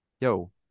Yo